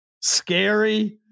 Scary